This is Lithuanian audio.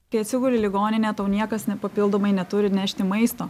kai atsiguli į ligoninę tau niekas nepapildomai neturi nešti maisto